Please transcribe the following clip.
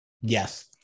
Yes